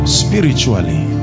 spiritually